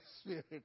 spirit